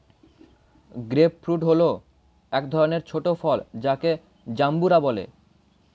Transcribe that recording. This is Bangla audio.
গ্রেপ ফ্রূট হল এক ধরনের ছোট ফল যাকে জাম্বুরা বলে